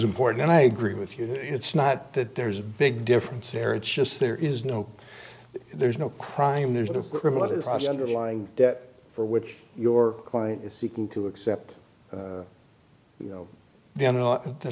important and i agree with you it's not that there's a big difference there it's just there is no there's no crime there's a lot of us underlying debt for which your client is seeking to accept you know the